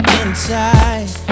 inside